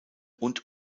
und